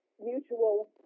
mutual